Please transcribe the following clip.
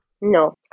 No